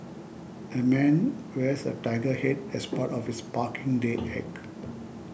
a man wears a tiger head as part of his Parking Day act